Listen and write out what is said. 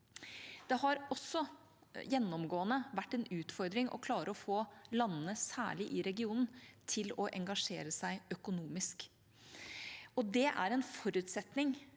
Det har gjennomgående vært en utfordring å klare å få særlig landene i regionen til å engasjere seg økonomisk. Det er en forutsetning